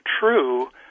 true